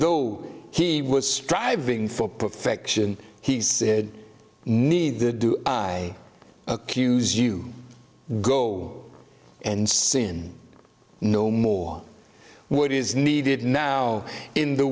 though he was striving for perfection he said neither do i accuse you go and sin no more what is needed now in the